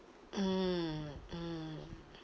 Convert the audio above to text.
mm mm